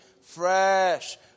Fresh